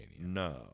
No